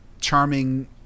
charming